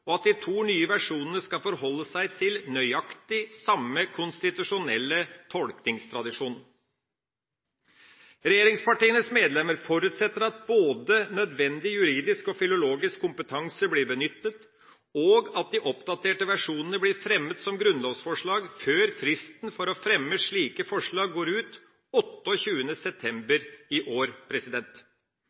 og at de to nye versjonene skal forholde seg til nøyaktig samme konstitusjonelle tolkningstradisjon. Regjeringspartienes medlemmer forutsetter at både nødvendig juridisk og filologisk kompetanse blir benyttet, og at de oppdaterte versjonene blir fremmet som grunnlovsforslag før fristen for å fremme slike forslag går ut 28. september i år.